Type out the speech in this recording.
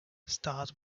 start